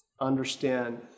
understand